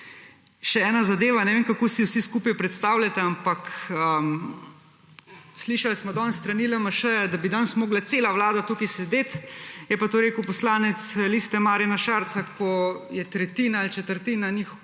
Še ena zadeva. Ne vem kako si vsi skupaj predstavljate, ampak slišali smo danes s strani LMŠ, da bi danes morala cela Vlada tukaj sedeti je pa to rekel poslanec Liste Marjana Šarca, ko je tretjina ali pa četrtina članov